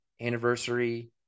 anniversary